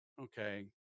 Okay